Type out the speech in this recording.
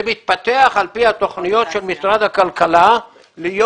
זה מתפתח על פי התכניות של משרד הכלכלה להיות